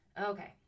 Okay